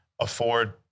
afford